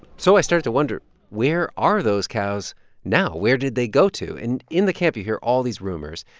so i started to wonder where are those cows now? where did they go to? and in the camp, you hear all these rumors.